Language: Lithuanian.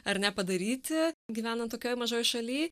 ar ne padaryti gyvenant tokioje mažoj šalyj